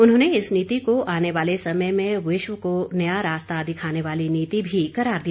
उन्होंने इस नीति को आने वाले समय में विश्व को नया रास्ता दिखाने वाली नीति भी करार दिया